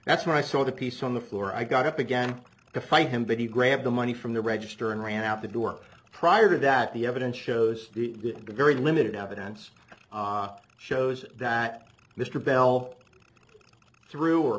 that's when i saw the piece on the floor i got up again to fight him but he grabbed the money from the register and ran out the door prior to that the evidence shows the very limited evidence shows that mr bell thr